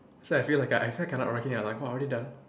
so I feel like I felt like cannot !wah! already done